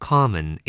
Common